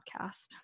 podcast